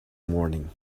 morning